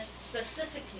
specifically